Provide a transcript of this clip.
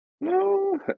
no